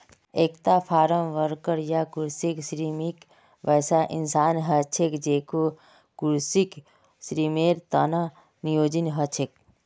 एकता farmworker या कृषि श्रमिक वैसा इंसान ह छेक जेको कृषित श्रमेर त न नियोजित ह छेक